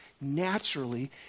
naturally